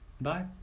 Bye